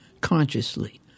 consciously